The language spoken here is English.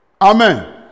Amen